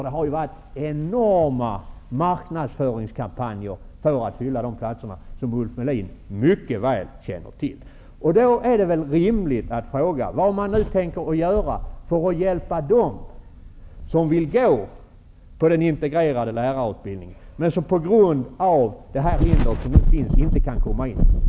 Det har varit enorma marknadsföringskampanjer för att fylla dessa platser, vilket Ulf Melin mycket väl känner till. Då är det rimligt att fråga vad man nu tänker göra för att hjälpa dem som vill gå på den integrerade lärarutbildningen, men som på grund av detta hinder inte kan komma in.